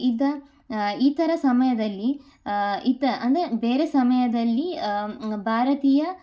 ಇದ ಈ ಥರ ಸಮಯದಲ್ಲಿ ಇತ ಅಂದರೆ ಬೇರೆ ಸಮಯದಲ್ಲಿ ಭಾರತೀಯ